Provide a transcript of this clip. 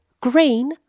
green